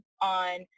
on